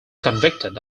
convicted